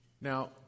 Now